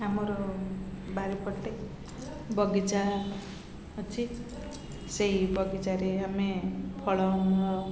ଆମର ବାରି ପଟେ ବଗିଚା ଅଛି ସେଇ ବଗିଚାରେ ଆମେ ଫଳ